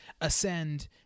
ascend